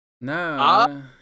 no